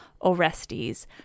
Orestes